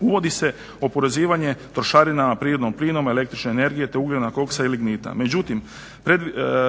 Uvodi se oporezivanje trošarina na prirodnim plinom, električne energije te ugljena, koksa ili …, međutim